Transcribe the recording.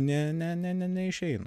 ne ne ne ne neišeina